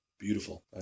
Beautiful